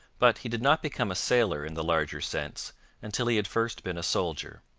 but he did not become a sailor in the larger sense until he had first been a soldier.